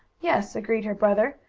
yes, agreed her brother,